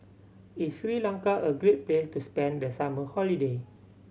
is Sri Lanka a great place to spend the summer holiday